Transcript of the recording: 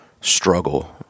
struggle